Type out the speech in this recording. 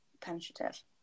penetrative